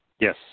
Yes